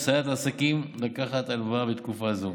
ומסייעת לעסקים לקחת הלוואה בתקופה זו.